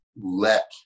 let